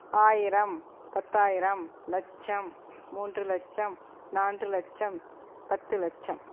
ஆயிரம் பத்தாயிரம் லட்சம் மூன்று லட்சம் நான்கு லட்சம் பத்து லட்சம்